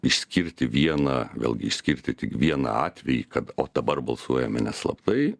išskirti vieną vėlgi išskirti tik vieną atvejį kad o dabar balsuojame ne slaptai